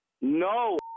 no